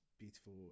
beautiful